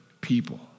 people